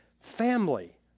family